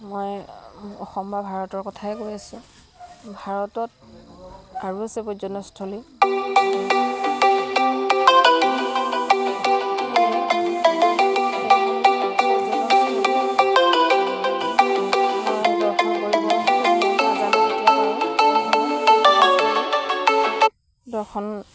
মই অসম বা ভাৰতৰ কথাই কৈ আছোঁ ভাৰতত আৰু আছে পৰ্যটনস্থলী দৰ্শন